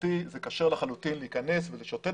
מבחינתי זה כשר לחלוטין להיכנס ולשוטט